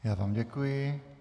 Já vám děkuji.